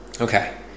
Okay